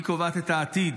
היא קובעת את העתיד.